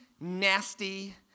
nasty